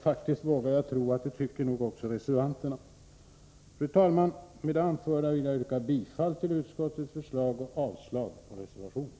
Jag vågar faktiskt påstå att också reservanterna tycker det. Fru talman! Med det anförda vill jag yrka bifall till utskottets förslag och avslag på reservationen.